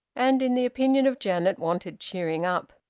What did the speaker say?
and in the opinion of janet wanted cheering up.